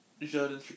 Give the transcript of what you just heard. Jordan